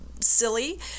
silly